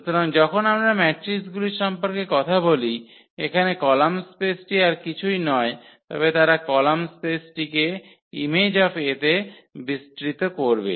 সুতরাং যখন আমরা ম্যাট্রিকগুলির সম্পর্কে কথা বলি এখানে কলাম স্পেসটি আর কিছুই নয় তবে তারা কলাম স্পেসটিকে Im𝐴 তে বিস্তৃত করবে